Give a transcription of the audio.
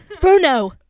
Bruno